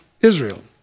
Israel